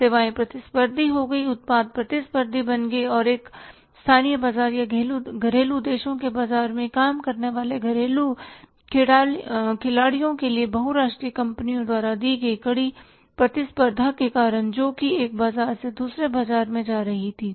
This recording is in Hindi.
सेवाएं प्रतिस्पर्धी हो गईं उत्पाद प्रतिस्पर्धी बन गए और एक स्थानीय बाजार या घरेलू देशों के बाजार में काम करने वाले घरेलू खिलाड़ियों के लिए बहु राष्ट्रीय कंपनियों द्वारा दी गई कड़ी प्रतिस्पर्धा के कारण जो कि एक बाजार से दूसरे बाजार में जा रही थी